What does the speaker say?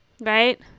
Right